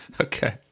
Okay